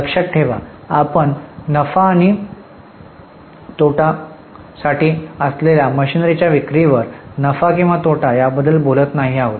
लक्षात ठेवा आपण नफा आणि तोटा साठी असलेल्या मशीनरीच्या विक्रीवर नफा किंवा तोटा याबद्दल बोलत नाही आहोत